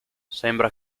sembra